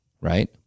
right